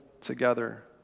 together